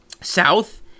south